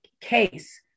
case